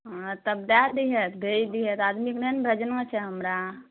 हँ तब दए दिहऽ दै दिहऽ तऽ आदमीके नहि ने भेजना छै हमरा